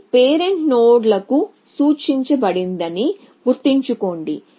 ఇది పేరెంట్ నోడ్లకు సూచించబడిందని గుర్తుంచుకోండి